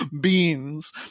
beans